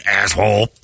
Asshole